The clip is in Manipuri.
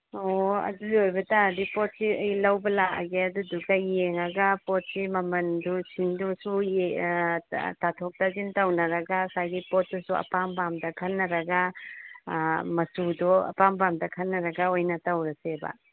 ꯑꯣ ꯑꯗꯨ ꯑꯣꯏꯕ ꯇꯥꯔꯗꯤ ꯄꯣꯠꯁꯤ ꯑꯩ ꯂꯧꯕ ꯂꯥꯛꯑꯒꯦ ꯑꯗꯨꯗꯨꯒ ꯌꯦꯡꯉꯒ ꯄꯣꯠꯁꯤ ꯃꯃꯟꯁꯤꯡꯗꯨꯁꯨ ꯇꯥꯊꯣꯛ ꯇꯥꯁꯤꯟ ꯇꯧꯅꯔꯒ ꯉꯁꯥꯏꯒꯤ ꯄꯣꯠꯇꯨꯁꯨ ꯑꯄꯥꯝ ꯄꯥꯝꯗ ꯈꯟꯅꯔꯒ ꯃꯆꯨꯗꯣ ꯑꯄꯥꯝ ꯄꯥꯝꯗ ꯈꯟꯅꯔꯒ ꯑꯣꯏꯅ ꯇꯧꯔꯁꯦꯕ